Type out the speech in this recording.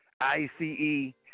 I-C-E